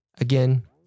Again